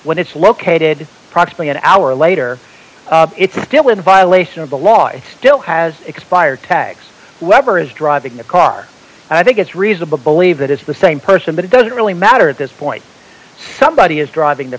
when it's located probably an hour later it's still in violation of the law it still has expired tags whoever is driving the car i think it's reasonable to believe that it's the same person but it doesn't really matter at this point somebody is driving the